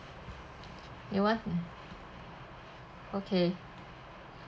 you want uh okay